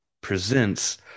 presents